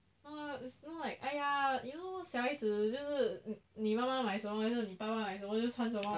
you know like !aiya! you know 小孩子就是你妈妈买什么还是你爸爸买什么就穿什么嘛